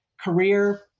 career